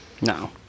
No